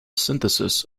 synthesis